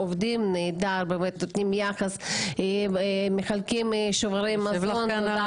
הם עובדים נהדר, נותנים יחס ומחלקים שוברי מזון.